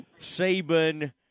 Saban